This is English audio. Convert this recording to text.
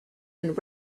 and